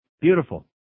Beautiful